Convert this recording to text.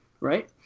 right